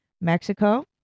Mexico